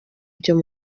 byo